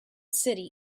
city